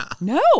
No